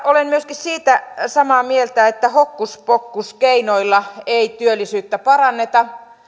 olen myöskin siitä samaa mieltä että hokkuspokkuskeinoilla ei työllisyyttä paranneta